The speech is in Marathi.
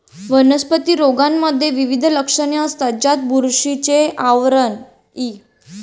वनस्पती रोगांमध्ये विविध लक्षणे असतात, ज्यात बुरशीचे आवरण इ